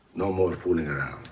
no fooling around.